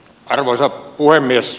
arvoisa puhemies